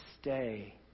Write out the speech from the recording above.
stay